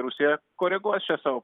rusija koreguos šią savo